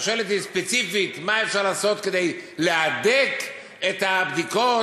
אתה שואל אותי ספציפית מה אפשר לעשות כדי להדק את הבדיקות,